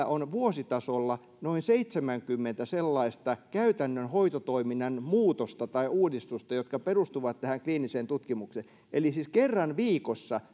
on vuositasolla noin seitsemänkymmentä sellaista käytännön hoitotoiminnan muutosta tai uudistusta jotka perustuvat tähän kliiniseen tutkimukseen eli siis kerran viikossa